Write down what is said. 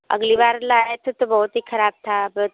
अगली बार लाए थे तो बहुत ही खराब था बत